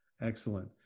Excellent